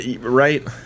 Right